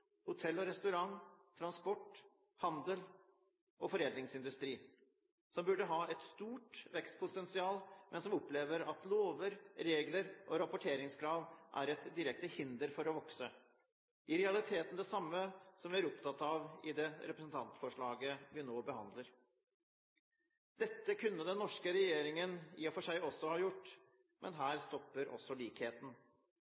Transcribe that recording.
hotell og restaurant, transport, handel og foredlingsindustri, som burde ha et stort vekstpotensial, men som opplever at lover, regler og rapporteringskrav er et direkte hinder for å vokse – i realiteten det samme som vi er opptatt av i det representantforslaget vi nå behandler. Dette kunne den norske regjeringen i og for seg også ha gjort, men her